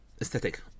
aesthetic